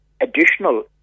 additional